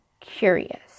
curious